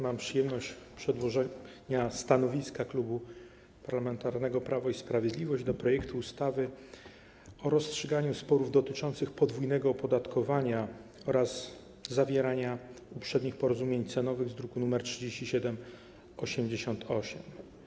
Mam przyjemność przedłożenia stanowiska Klubu Parlamentarnego Prawo i Sprawiedliwość wobec projektu ustawy o rozstrzyganiu sporów dotyczących podwójnego opodatkowania oraz zawieraniu uprzednich porozumień cenowych z druku nr 3788.